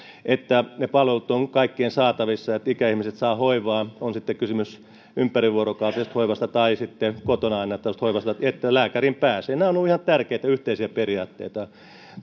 että ne palvelut ovat kaikkien saatavissa että ikäihmiset saavat hoivaa on sitten kysymys ympärivuorokautisesta hoivasta tai kotona annettavasta hoivasta että lääkäriin pääsee nämä ovat olleet ihan tärkeitä yhteisiä periaatteita